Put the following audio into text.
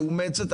מאומצת.